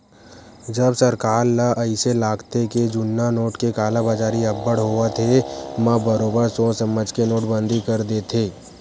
जब सरकार ल अइसे लागथे के जुन्ना नोट के कालाबजारी अब्बड़ होवत हे म बरोबर सोच समझ के नोटबंदी कर देथे